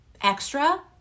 extra